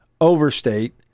overstate